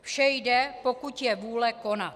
Vše jde, pokud je vůle konat.